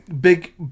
big